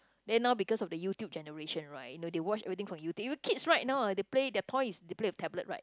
then now because of the YouTube generation right you know they watch everything from YouTube you know kids right now ah they play their toys is they play with tablets right